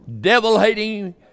devil-hating